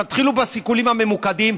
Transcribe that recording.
תתחילו בסיכולים הממוקדים.